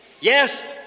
Yes